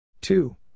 Two